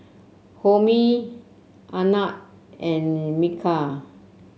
Homi Anand and Milkha